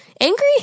angry